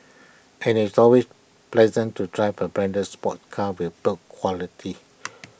and IT is always pleasant to drive A branded sports car with build quality